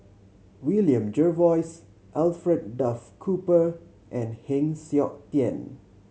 William Jervois Alfred Duff Cooper and Heng Siok Tian